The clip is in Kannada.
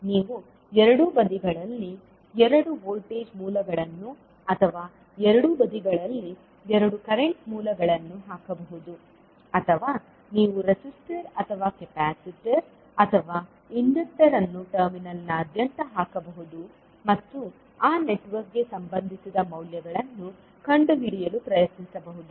ನೀವು ಎರಡೂ ಬದಿಗಳಲ್ಲಿ ಎರಡು ವೋಲ್ಟೇಜ್ ಮೂಲಗಳನ್ನು ಅಥವಾ ಎರಡೂ ಬದಿಗಳಲ್ಲಿ ಎರಡು ಕರೆಂಟ್ ಮೂಲಗಳನ್ನು ಹಾಕಬಹುದು ಅಥವಾ ನೀವು ರೆಸಿಸ್ಟರ್ ಅಥವಾ ಕೆಪಾಸಿಟರ್ ಅಥವಾ ಇಂಡಕ್ಟರ್ ಅನ್ನು ಟರ್ಮಿನಲ್ನಾದ್ಯಂತ ಹಾಕಬಹುದು ಮತ್ತು ಆ ನೆಟ್ವರ್ಕ್ಗೆ ಸಂಬಂಧಿಸಿದ ಮೌಲ್ಯಗಳನ್ನು ಕಂಡುಹಿಡಿಯಲು ಪ್ರಯತ್ನಿಸಬಹುದು